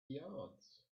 yards